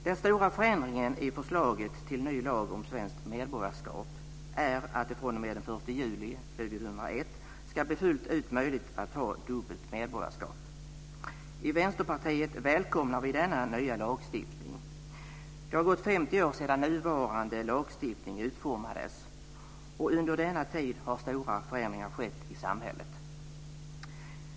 Den stora förändringen i förslaget till ny lag om svenskt medborgarskap är att det fr.o.m. den 1 juli 2001 ska bli fullt möjligt att ha dubbelt medborgarskap. I Vänsterpartiet välkomnar vi denna nya lagstiftning. Det har gått 50 år sedan nuvarande lagstiftning utformades, och under denna tid har stora förändringar skett i samhället.